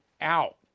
out